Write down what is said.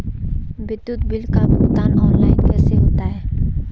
विद्युत बिल का भुगतान ऑनलाइन कैसे होता है?